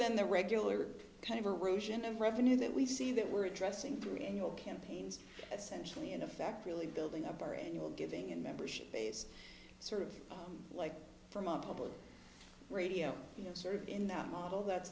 than the regular kind of a rouge and of revenue that we see that we're addressing bringing all campaigns essentially in effect really building up our annual giving and membership base sort of like from a public radio you know sort of in that model that